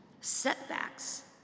setbacks